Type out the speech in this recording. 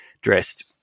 dressed